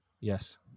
Yes